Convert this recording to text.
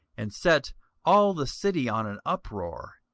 and set all the city on an uproar,